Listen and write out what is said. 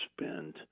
spend